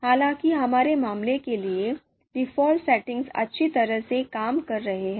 हालांकि हमारे मामले के लिए डिफ़ॉल्ट सेटिंग अच्छी तरह से काम कर रही है